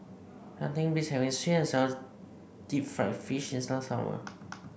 nothing beats having sweet and sour Deep Fried Fish in the summer